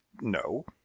no